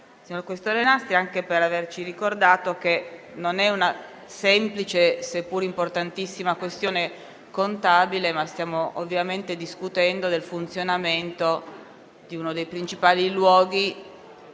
senatore Questore Nastri anche per averci ricordato che il bilancio non è una semplice, seppur importantissima, questione contabile, ma stiamo discutendo del funzionamento di uno dei principali luoghi,